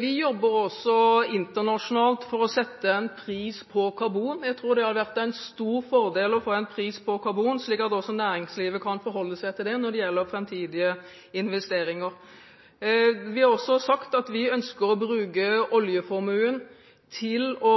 Vi jobber også internasjonalt for å sette en pris på karbon. Jeg tror det hadde vært en stor fordel å få en pris på karbon, slik at også næringslivet kan forholde seg til det når det gjelder framtidige investeringer. Vi har også sagt at vi ønsker å bruke oljeformuen til å